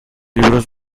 libros